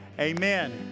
amen